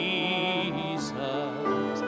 Jesus